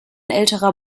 älterer